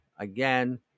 again